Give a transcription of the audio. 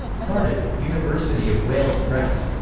cardiff university of wales press.